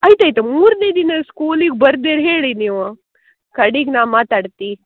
ಆಯ್ತು ಆಯಿತು ಮೂರನೇ ದಿನ ಸ್ಕೂಲಿಗೆ ಬರ್ದಿರ ಹೇಳಿ ನೀವು ಕಡೆಗ್ ನಾ ಮಾತಾಡ್ತಿ